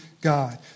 God